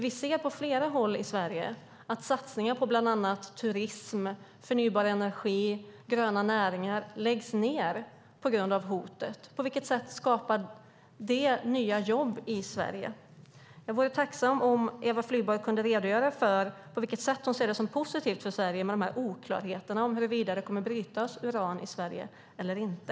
Vi ser på flera håll i Sverige att satsningar på bland annat turism, förnybar energi och gröna näringar läggs ned på grund av hotet. På vilket sätt skapar det nya jobb i Sverige? Jag vore tacksam om Eva Flyborg kunde redogöra för på vilket sätt hon ser det som positivt för Sverige med de här oklarheterna om huruvida det kommer att brytas uran i Sverige eller inte.